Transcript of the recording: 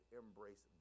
embrace